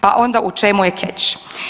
Pa onda u čemu je keč.